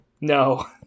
No